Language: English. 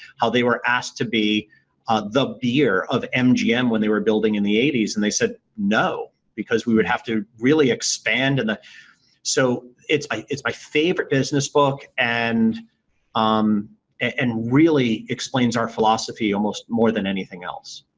how they were asked to be the beer of mgm when they were building in the eighty s and they said, no, because we would have to really expand. and so, it's ah it's my favorite business book and um and really explains our philosophy almost more than anything else.